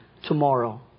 Tomorrow